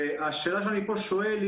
והשאלה שאני פה שואל,